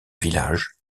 village